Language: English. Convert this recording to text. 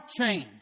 change